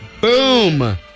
Boom